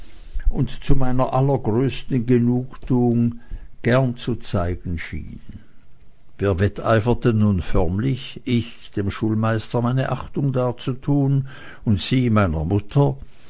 und zu meiner allergrößten genugtuung gern zu zeigen schien wir wetteiferten nun förmlich ich dem schulmeister meine achtung darzutun und sie meiner mutter